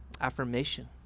affirmation